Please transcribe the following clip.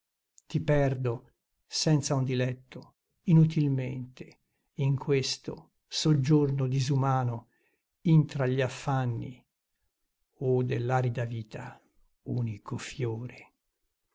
ti perdo senza un diletto inutilmente in questo soggiorno disumano intra gli affanni o dell'arida vita unico fiore